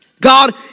God